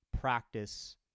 practice